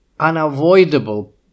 Unavoidable